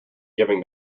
giving